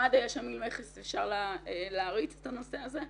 למד"א יש עמיל מכס ואפשר להריץ את הנושא הזה.